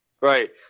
Right